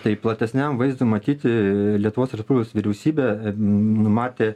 tai platesniam vaizdui matyti lietuvos respublikos vyriausybė numatė